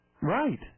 Right